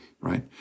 right